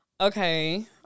Okay